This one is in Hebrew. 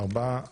אין מתנגדים.